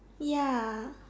ya